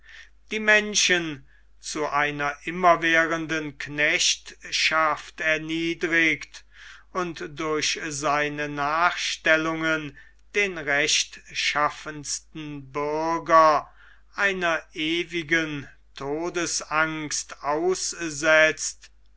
die menschen zu einer immerwährenden knechtschaft erniedrigt und durch seine nachstellungen den rechtschaffensten bürger einer ewigen todesangst aussetzt